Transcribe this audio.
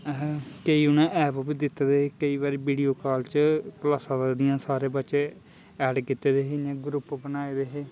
है हे केईं उ'नें ऐप उप्पर दित्ते दे हे केईं बारी वीडियो काल च क्लासां लगदियां हियां सारे बच्चे ऐड कीते दे हे इ'यां ग्रुप बनाए दे हे